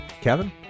Kevin